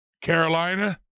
Carolina